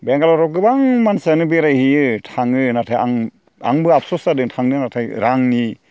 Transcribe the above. बेंगालराव गोबां मानसियानो बेरायहैयो थाङो नाथाय आं आंबो आफस'स जादों थांनो नाथाय रांनि